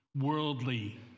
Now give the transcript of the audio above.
worldly